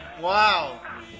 Wow